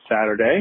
Saturday